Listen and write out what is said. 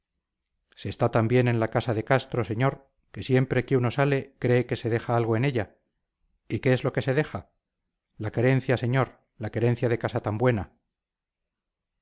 se está tan bien en la casa de castro señor que siempre que uno sale cree que se deja algo en ella y qué es lo que se deja la querencia señor la querencia de casa tan buena